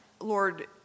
Lord